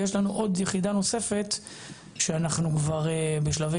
ויש לנו עוד יחידה נוספת שאנחנו כבר בשלבי